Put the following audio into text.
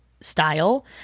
style